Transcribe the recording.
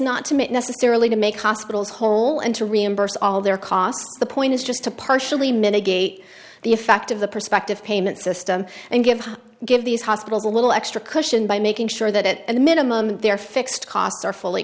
make necessarily to make hospitals whole and to reimburse all their costs the point is just to partially mitigate the effect of the prospective payment system and give give these hospitals a little extra cushion by making sure that at a minimum they're fixed costs are fully